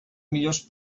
millors